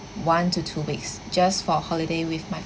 one to two weeks just for holiday with my